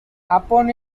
upon